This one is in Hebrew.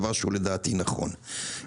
דבר שהוא לדעתי נכון.